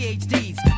PhDs